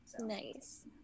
Nice